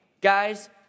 guys